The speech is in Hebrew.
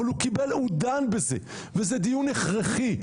אבל הוא הוא דן בזה וזה דיון הכרחי.